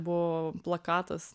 buvo plakatas